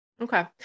Okay